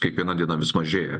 kiekviena diena vis mažėja